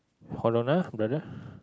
hold on ah brother